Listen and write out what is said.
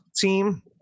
team